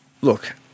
look